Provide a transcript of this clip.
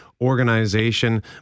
Organization